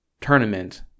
tournament